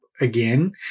again